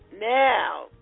Now